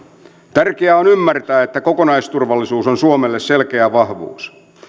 tärkeää on ymmärtää että kokonaisturvallisuus on suomelle selkeä vahvuus